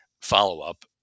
follow-up